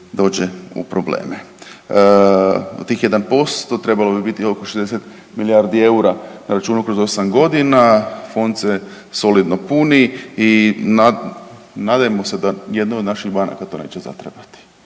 dođe u probleme. Od tih 1% trebalo bi biti oko 60 milijardi eura na računu kroz 8 godina, Fond se solidno puni i nadajmo se da jedna od naših banaka to neće zatrebati.